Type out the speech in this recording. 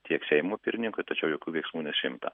tiek seimo pirmininkui tačiau jokių veiksmų nesiimta